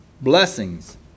blessings